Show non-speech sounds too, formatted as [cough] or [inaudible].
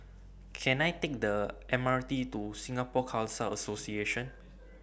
Can I Take The M R T to Singapore Khalsa Association [noise]